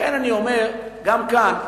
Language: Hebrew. לכן אני אומר גם כאן,